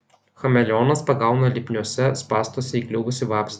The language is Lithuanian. chameleonas pagauna lipniuose spąstuose įkliuvusį vabzdį